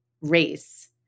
race